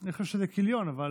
אני חושב שזה כילְיון, אבל